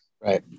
Right